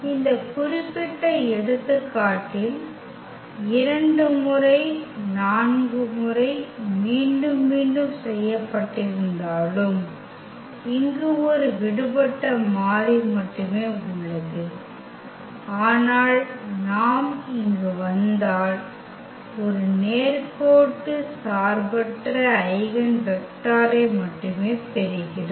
இந்த குறிப்பிட்ட எடுத்துக்காட்டில் 2 முறை 4 முறை மீண்டும் மீண்டும் செய்யப்பட்டிருந்தாலும் இங்கு ஒரு விடுபட்ட மாறி மட்டுமே உள்ளது ஆனால் நாம் இங்கு வந்தால் ஒரு நேர்கோட்டு சார்பற்ற ஐகென் வெக்டரை மட்டுமே பெறுகிறோம்